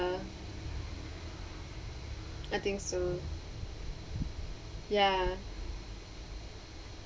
uh I think so ya